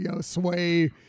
sway